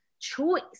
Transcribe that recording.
choice